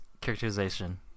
characterization